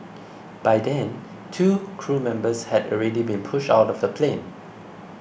by then two crew members had already been pushed out of the plane